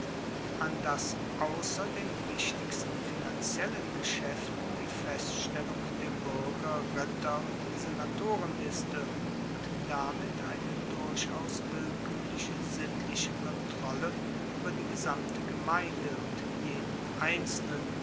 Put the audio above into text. an das ausser den wichtigsten finanziellen geschaeften die feststellung der buerger ritter und senatorenliste und damit eine durchaus willkuerliche sittliche kontrolle ueber die gesamte gemeinde und jeden einzelnen